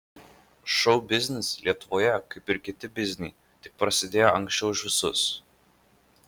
šou biznis lietuvoje kaip ir kiti bizniai tik prasidėjo anksčiau už visus